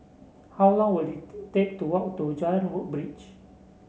how long will it to take to walk to Jalan Woodbridge